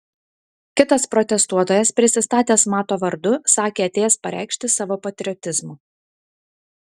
kitas protestuotojas prisistatęs mato vardu sakė atėjęs pareikšti savo patriotizmo